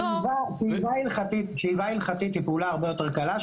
שאיבה הלכתית היא פעולה הרבה יותר קלה.